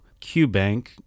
QBank